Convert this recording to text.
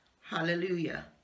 hallelujah